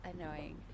Annoying